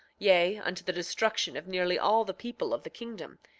yea, unto the destruction of nearly all the people of the kingdom,